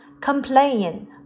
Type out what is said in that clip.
Complain